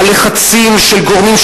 על לחצים של גורמים,